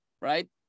right